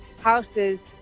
Houses